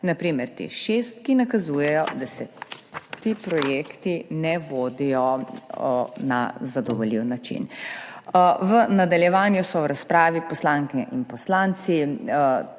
na primer TEŠ6, ki nakazujejo, da se ti projekti ne vodijo na zadovoljiv način. V nadaljevanju so v razpravi poslanke in poslanci